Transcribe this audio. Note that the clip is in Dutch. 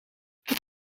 het